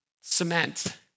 cement